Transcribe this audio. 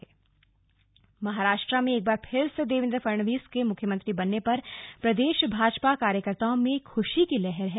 प्रदेश भाजपा में खुशी महाराष्ट्र में एक बार फिर से देवेन्द्र फडणवीस के मुख्यमंत्री बनने पर प्रदेश भाजपा कार्यकर्ताओं में खुशी की लहर है